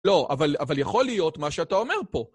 לא, אבל, אבל יכול להיות מה שאתה אומר פה.